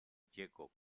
checo